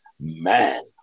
man